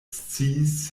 sciis